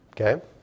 okay